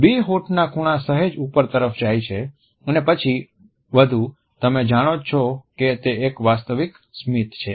બે હોઠના ખૂણા સહેજ ઉપર તરફ જાય છે અને પછી વધુ તમે જાણો જ છો કે તે એક વાસ્તવિક સ્મિત છે